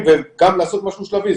ובמיוחד בתוך החברה הערבית,